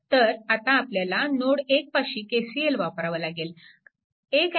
तर आता आपल्याला नोड 1 पाशी KCL वापरावा लागेल